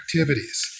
activities